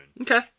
Okay